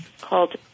Called